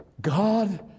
God